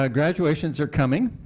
ah graduations are coming,